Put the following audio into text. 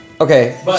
Okay